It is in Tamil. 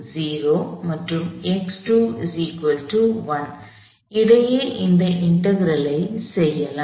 எனவே மற்றும் இடையே இந்த இன்டெக்ரலை செய்யலாம்